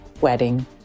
wedding